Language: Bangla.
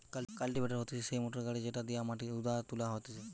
কাল্টিভেটর হতিছে সেই মোটর গাড়ি যেটি দিয়া মাটি হুদা আর তোলা হয় থাকে